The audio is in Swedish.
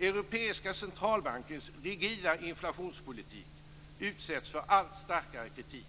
Europeiska centralbankens rigida inflationspolitik utsätts för allt starkare kritik.